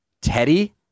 Teddy